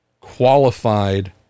qualified